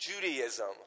Judaism